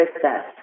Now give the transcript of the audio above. process